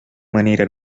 manera